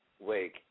Wake